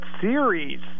series